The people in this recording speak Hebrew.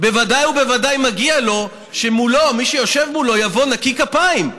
בוודאי ובוודאי מגיע לו שמי שיושב מולו יבוא נקי כפיים,